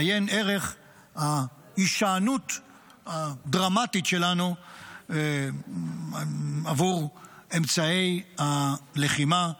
עיין ערך ההישענות הדרמטית שלנו עבור אמצעי הלחימה,